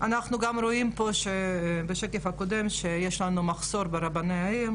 גם רואים בשקף הקודם שיש לנו מחסור ברבני עיר.